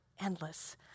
endless